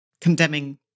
condemning